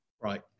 Right